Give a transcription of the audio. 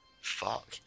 fuck